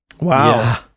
wow